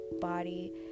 body